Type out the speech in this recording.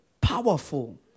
powerful